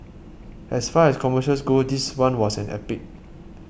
as far as commercials go this one was an epic